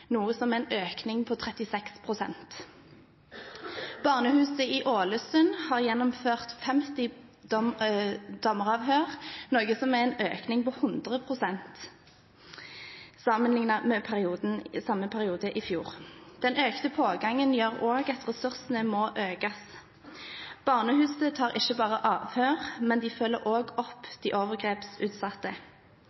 noe som er en økning på 36 pst. Barnehuset i Ålesund har gjennomført 50 dommeravhør, noe som er en økning på 100 pst. sammenlignet med samme periode i fjor. Den økte pågangen gjør også at ressursene må økes. Barnehuset foretar ikke bare avhør, de følger også opp de overgrepsutsatte.